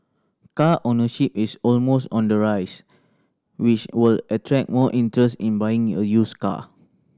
car ownership is almost on the rise which will attract more interest in buying a used car